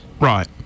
Right